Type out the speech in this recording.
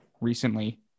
recently